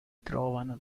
trovano